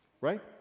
right